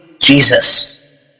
Jesus